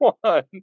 one